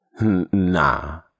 Nah